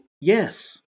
yes